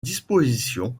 disposition